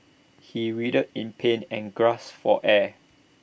he writhed in pain and gasped for air